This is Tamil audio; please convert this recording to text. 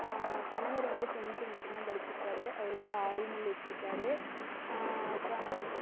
கணவர் வந்து டென்த்து மட்டும்தான் படிச்சிருக்கார் அவர் வந்து ஆயில் மில் வச்சிருக்கார் அக்கா